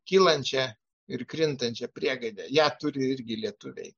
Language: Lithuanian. kylančią ir krintančią priegaidę ją turi irgi lietuviai